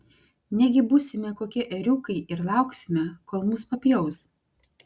negi būsime kokie ėriukai ir lauksime kol mus papjaus